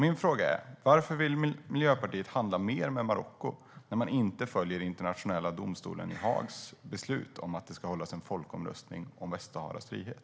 Min fråga är: Varför vill Miljöpartiet handla mer med Marocko, som inte följer Internationella domstolen i Haags beslut att det ska hållas en folkomröstning om Västsaharas frihet?